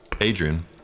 Adrian